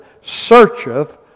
searcheth